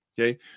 Okay